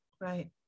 Right